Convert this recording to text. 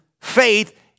faith